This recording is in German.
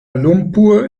lumpur